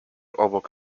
obok